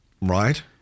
Right